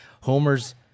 Homer's